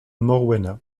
morwena